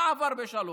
מה עבר בשלום?